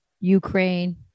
Ukraine